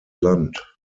land